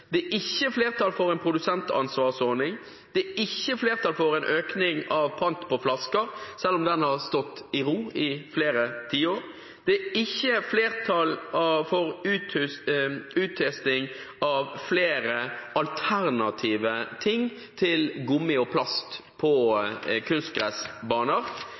Det er ikke flertall for en produsentansvarsordning. Det er ikke flertall for en økning i pant på flasker, selv om den har stått i ro i flere tiår. Det er ikke flertall for uttesting av flere alternativer til gummi og plast på